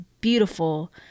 beautiful